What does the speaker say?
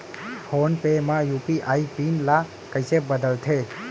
Phone पे म UPI PIN ल कइसे बदलथे?